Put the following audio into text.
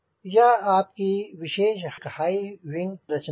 यह आपकी विशेष हाईविंग संरचना है